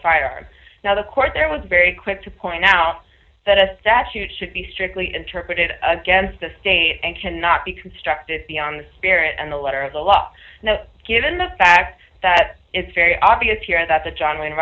firearm now the court there was very quick to point out that a statute should be strictly interpreted against the state and cannot be constructed beyond the spirit and the letter of the law given the fact that it's very obvious here that the john wayne